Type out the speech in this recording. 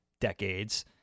decades